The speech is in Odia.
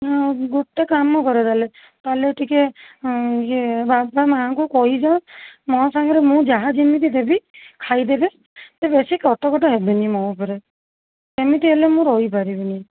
ହଁ ଗୋଟେ କାମ କର ତା'ହେଲେ ତା'ହେଲେ ଟିକେ ଇଏ ବାପା ମାଆଙ୍କୁ କହିଦିଅ ମୋ ସାଙ୍ଗରେ ମୁଁ ଯାହା ଯେମିତି ଦେବି ଖାଇଦେବେ ବେଶୀ କଟ୍ କଟ୍ ହେବେନି ମୋ ଉପରେ ଏମିତି ହେଲେ ମୁଁ ରହିପାରିବିନି